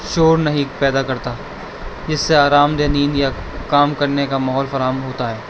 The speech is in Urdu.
شور نہیں پیدا کرتا جس سے آرام دہ نیند یا کام کرنے کا ماحول فراہم ہوتا ہے